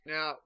Now